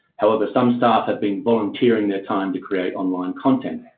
however, some staff have been volunteering their time to create online content.